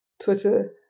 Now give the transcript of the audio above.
Twitter